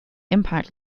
impact